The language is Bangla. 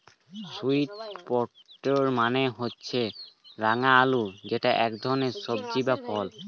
সুয়ীট্ পটেটো মানে হচ্ছে রাঙা আলু যেটা এক ধরনের সবজি বা ফল